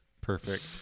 Perfect